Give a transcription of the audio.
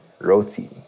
Roti